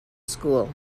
school